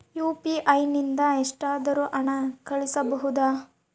UPI ನಿಂದ ಎಷ್ಟಾದರೂ ಹಣ ಕಳಿಸಬಹುದಾ?